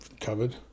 covered